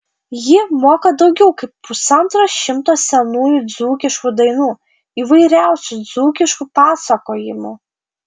ji moka daugiau kaip pusantro šimto senųjų dzūkiškų dainų įvairiausių dzūkiškų pasakojimų